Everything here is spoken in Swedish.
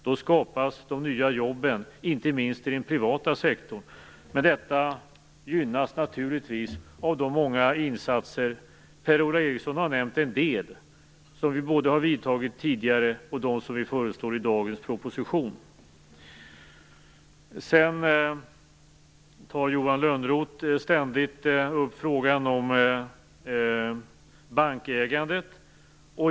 Då skapas de nya jobben, inte minst i den privata sektorn. Detta gynnas naturligtvis av de många insatser, varav Per-Ola Eriksson har nämnt en del, som vi har vidtagit tidigare och som vi föreslår i dagens proposition. Johan Lönnroth tar ständigt upp frågan om bankägandet.